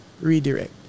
redirect